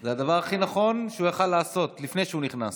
זה הדבר הכי נכון שהוא יכול היה לעשות לפני שהוא נכנס.